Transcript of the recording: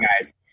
guys